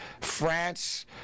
France